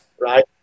right